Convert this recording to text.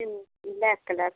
black colour